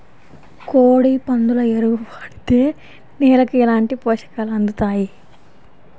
కోడి, పందుల ఎరువు వాడితే నేలకు ఎలాంటి పోషకాలు అందుతాయి